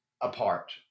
apart